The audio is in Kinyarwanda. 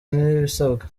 n’ibisabwa